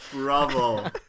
Bravo